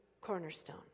cornerstone